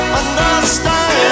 understand